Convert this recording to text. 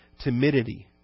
timidity